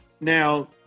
Now